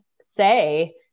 say